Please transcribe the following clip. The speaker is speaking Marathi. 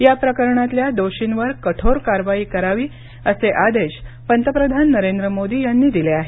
या प्रकरणातल्या दोषींवर कठोर कारवाई करावी असे आदेश पंतप्रधान नरेंद्र मोदी यांनी दिले आहेत